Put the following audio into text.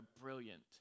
brilliant